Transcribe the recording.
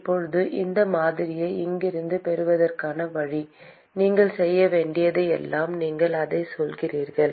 இப்போது இந்த மாதிரியை இங்கிருந்து பெறுவதற்கான வழி நீங்கள் செய்ய வேண்டியது எல்லாம் நீங்கள் அதைச் சொல்கிறீர்கள்